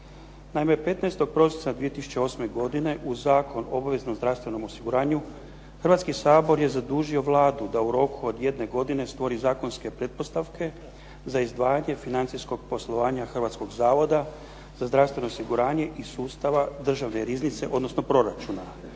15. prosinca 2008. godine u Zakon o obveznom zdravstvenom osiguranju Hrvatski sabor je zadužio Vladu da u roku od jedne godine stvori zakonske pretpostavke za izdvajanje financijskog poslovanja Hrvatskog zavoda za zdravstveno osiguranje i sustava Državne riznice odnosno proračuna.